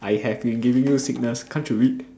I have been giving you signals can't you read